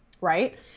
right